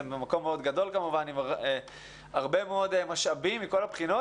זה מקום מאוד גדול עם הרבה מאוד משאבים מכל הבחינות